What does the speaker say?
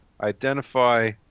identify